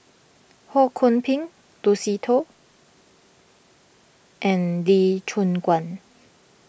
Ho Kwon Ping Lucy Koh and Lee Choon Guan